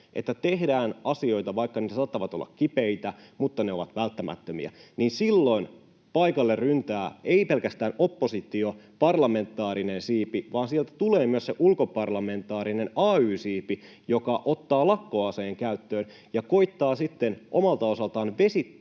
että tehdään asioita — vaikka ne saattavat olla kipeitä, ne ovat välttämättömiä — niin silloin paikalle ryntää ei pelkästään oppositio, parlamentaarinen siipi, vaan sieltä tulee myös se ulkoparlamentaarinen ay-siipi, joka ottaa lakkoaseen käyttöön ja koettaa sitten omalta osaltaan vesittää